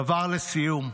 דבר לסיום: